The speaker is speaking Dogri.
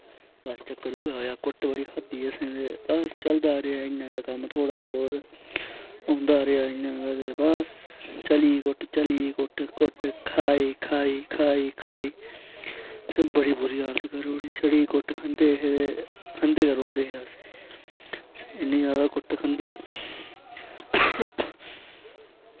घरू आया ते घुट्ट बड़ी खादी असैं ते बस चलदा रेहा कम्म इयै नेहा थोह्ड़ा बोह्त होंदा रेहा इ'यां गै ते चली घुट्ट चली घुट्ट घुट्ट खाई खाई खाई खाई असैं बढ़ी बूरी हालत करूी ओड़ी घुट्ट खंदे गै रौंदे हे अस इन्नी जैदा घुट्ट खंदे हे